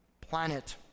planet